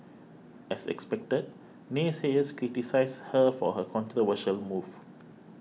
as expected naysayers criticised her for her controversial move